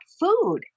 food